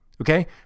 Okay